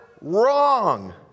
wrong